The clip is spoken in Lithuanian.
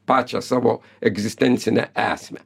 pačią savo egzistencinę esmę